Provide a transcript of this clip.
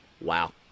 Wow